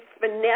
finesse